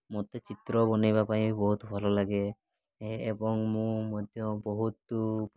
ମୋତେ ଚିତ୍ର ବନେଇବା ପାଇଁ ବହୁତ ଭଲ ଲାଗେ ଏବଂ ମୁଁ ମଧ୍ୟ ବହୁତ